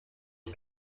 ich